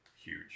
huge